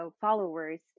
followers